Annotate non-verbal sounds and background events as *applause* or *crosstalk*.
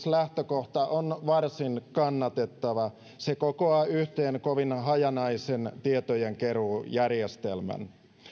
*unintelligible* lähtökohta on siis varsin kannatettava se kokoaa yhteen kovin hajanaisen tietojenkeruujärjestelmän